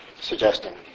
suggesting